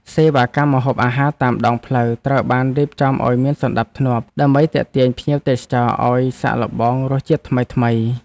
សេវាកម្មម្ហូបអាហារតាមដងផ្លូវត្រូវបានរៀបចំឱ្យមានសណ្តាប់ធ្នាប់ ដើម្បីទាក់ទាញភ្ញៀវទេសចរឱ្យសាកល្បងរសជាតិថ្មីៗ។